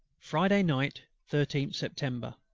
friday night, thirteenth september.